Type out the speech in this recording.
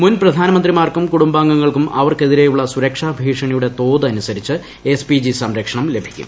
മുൻ പ്രധാനമന്ത്രിമാർക്കും കുടുംബാംഗങ്ങൾക്കും അവർക്കെതിരെയുളള സുരക്ഷാ ഭീഷണിയുടെ തോത് അനുസരിച്ച് എസ് പി ജി സംരക്ഷണം ലഭിക്കും